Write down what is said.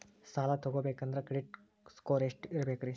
ಸಾಲ ತಗೋಬೇಕಂದ್ರ credit score ಎಷ್ಟ ಇರಬೇಕ್ರಿ?